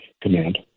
command